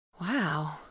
Wow